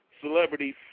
celebrity